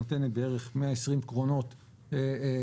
היא נותנת בערך 120 קרונות ליממה,